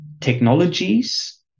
technologies